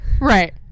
Right